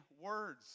words